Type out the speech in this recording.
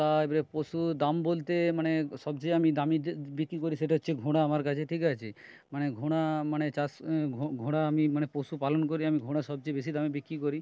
তা এবারে পশু দাম বলতে মানে সবচেয়ে আমি দামি বিক্রি করি সেটা হচ্ছে ঘোড়া আমার কাছে ঠিক আছে মানে ঘোড়া মানে চাষ ঘোড়া আমি মানে পশুপালন করে আমি ঘোড়া সবচেয়ে বেশি দামে বিক্রি করি